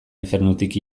infernutik